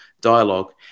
dialogue